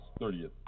30th